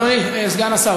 אדוני סגן השר,